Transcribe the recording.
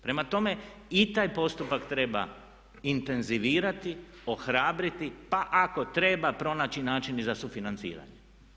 Prema tome, i taj postupak treba intenzivirati, ohrabriti pa ako treba pronaći način i za sufinanciranje.